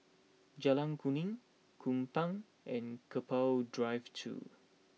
Jalan Kuning Kupang and Keppel Drive two